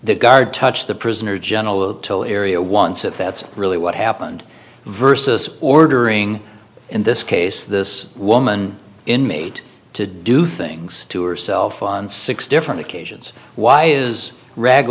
the guard touched the prisoner general otoh area once if that's really what happened versus ordering in this case this woman inmate to do things to herself on six different occasions why is r